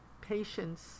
Patience